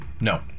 No